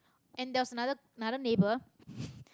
and there was other another neighbour